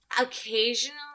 Occasionally